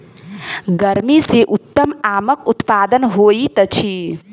गर्मी मे उत्तम आमक उत्पादन होइत अछि